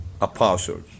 apostles